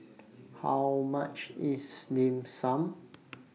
How much IS Dim Sum